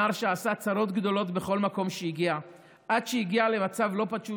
נער שעשה צרות גדולות בכל מקום שהגיע אליו עד שהגיע למצב לא פשוט,